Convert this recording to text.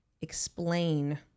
explain